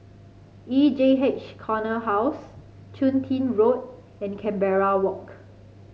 E J H Corner House Chun Tin Road and Canberra Walk